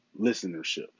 listenership